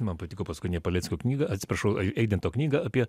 man patiko paskutinė paleckio knyga atsiprašau eidinto knyga apie